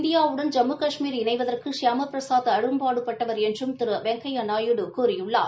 இந்தியாவுடன் ஜம்மு கஷ்மீர் இணைவதற்கு ஷியாம பிரசாத் அரும்பாடுபட்டவா் என்றும் திரு வெங்கையா நாயுடு கூறியுள்ளார்